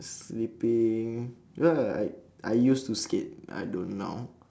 sleeping you know that I I used to skate I don't now